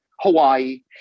Hawaii